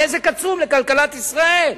נזק עצום לכלכלת ישראל.